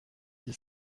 dix